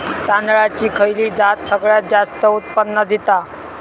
तांदळाची खयची जात सगळयात जास्त उत्पन्न दिता?